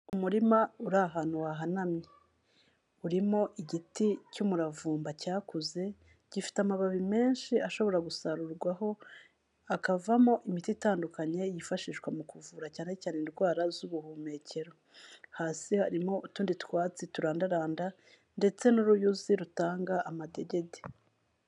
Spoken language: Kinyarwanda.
Umurima uri ahantu hahanamye. Urimo igiti cy'umuravumba cyakuze, gifite amababi menshi ashobora gusarurwaho akavamo imiti itandukanye yifashishwa mu kuvura cyane cyane indwara z'ubuhumekero. Hasi harimo utundi twatsi turandaranda ndetse n'uruyuzi rutanga amadegede.